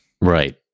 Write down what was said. Right